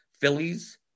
Phillies